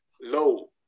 low